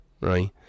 right